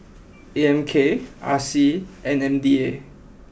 A M K R C and M D A